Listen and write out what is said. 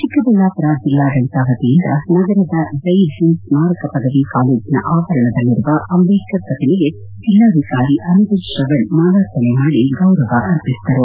ಚಿಕ್ಕಬಳ್ಣಾಪುರ ಜಿಲ್ಲಾಡಳಿತ ವತಿಯಿಂದ ನಗರದ ಜೈಭೀಮ್ ಸ್ನಾರಕ ಪದವಿ ಕಾಲೇಜಿನ ಆವರಣದಲ್ಲಿರುವ ಅಂದೇಢರ್ ಪ್ರತಿಮೆಗೆ ಜಿಲ್ಲಾಧಿಕಾರಿ ಅನಿರುದ್ಧ ತ್ರವಣ್ ಮಾಲಾರ್ಪಣೆ ಮಾಡಿ ಗೌರವ ಸಮರ್ಪಣೆ ಮಾಡಿದರು